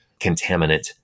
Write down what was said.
contaminant